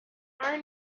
are